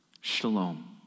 shalom